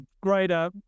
greater